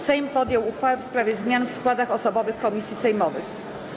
Sejm podjął uchwałę w sprawie zmian w składach osobowych komisji sejmowych.